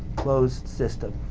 closed system.